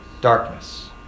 darkness